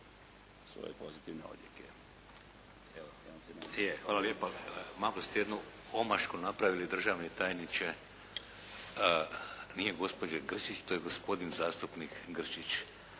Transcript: Hvala lijepa. Makar ste jednu omašku napravili državni tajniče, nije gospođa Grčić, to je gospodin zastupnik Grčić,